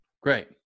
Great